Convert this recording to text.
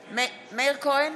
כהן,